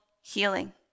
healing